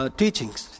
teachings